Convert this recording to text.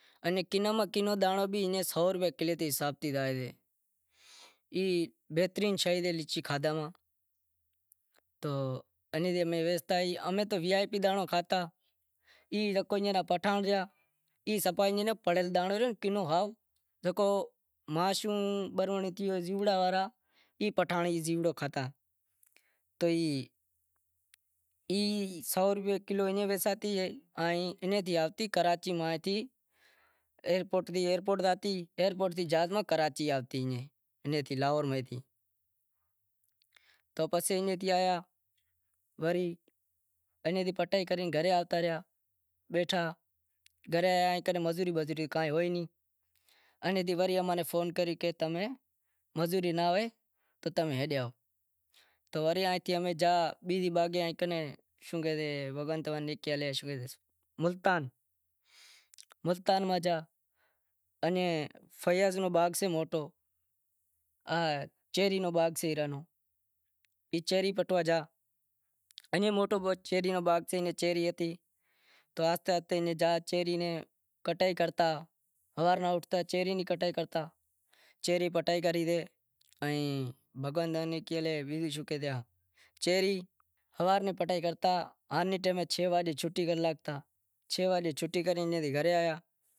انیں کنو ماں کنو دانڑو بھی سو روپیا کلے تے حساب تے زائے سے، ای بہترین سے سے لیچی کھادہا میں، امیں تو وی آئی پی دانڑا کھاتا، ای پٹھانڑ ریا ای پڑیل دانڑو ریو جکو ماشوم ای کھاتا، ای سو روپیا کلو ویسازتی، ای ایئرپورٹ جہاز ماں کراچی جاوتی، تو پسے ایئں تھی آیا وری گھرے آوتا بیٹھا گھرے مزوری بزوری کائیں ہوئے نائیں تو امیں فون کریو کہ تمیں کام ناں ہوئے تو تمیں ہیڈے آئو، تو امیں گیا بیزے باغیے ملتان میں گیا انی فیاض نو باغ سے موٹو، چیری نو باغ سے چیری پٹوا گیا، موٹو چیری نو باغ سے چیری ہتی تو آہستے گیا کٹائی کرتا ہوارے نو اوٹھتا چیری نی کٹائی کرتا چیری پٹائی کری سے ائیں بھگوان تین ناں نیکی ہالے چیری ہوارے ناں پٹائی کرتا ہوارے ناں چھ وگے چھوٹی کرتا